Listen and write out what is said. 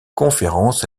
conférences